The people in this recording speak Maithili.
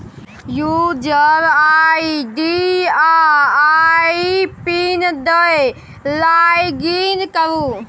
युजर आइ.डी आ आइ पिन दए लागिन करु